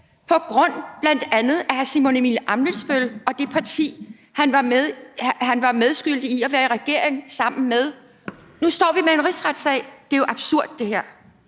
på grund af hr. Simon Emil Ammitzbøll-Bille og det parti, han var medskyldig i at være i regering sammen med – med en rigsretssag. Det her er jo absurd. Kl.